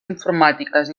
informàtiques